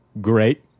great